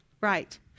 Right